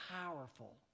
powerful